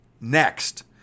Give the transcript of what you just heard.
next